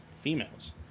females